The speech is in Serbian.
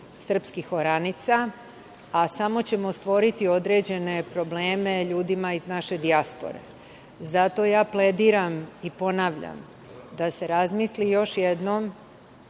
srpskih oranica, a samo ćemo stvoriti određene probleme ljudima iz naše dijaspore. Zato ja plediram i ponavljam da se razmisli još jednom,